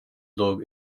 lung